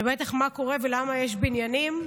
ובטח מה קורה ולמה יש בניינים.